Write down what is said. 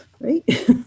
Right